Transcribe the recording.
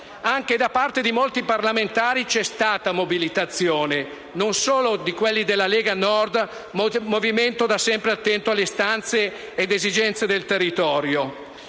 Anche da parte di molti parlamentari c'è stata mobilitazione, e non solo di quelli della Lega Nord, movimento da sempre attento alle istanze ed esigenze del territorio.